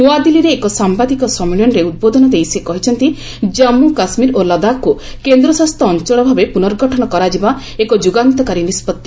ନୂଆଦିଲ୍ଲାରେ ଏକ ସାମ୍ବାଦିକ ସମ୍ମିଳନୀରେ ଉଦ୍ବୋଧନ ଦେଇ ସେ କହିଛନ୍ତି ଜମ୍ମୁ କାଶ୍ମୀର ଓ ଲଦାଖ୍କୁ କେନ୍ଦ୍ରଶାସିତ ଅଞ୍ଚଳ ଭାବେ ପୁନର୍ଗଠନ କରାଯିବା ଏକ ଯୁଗାନ୍ତକାରୀ ନିଷ୍କଭି